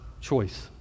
choice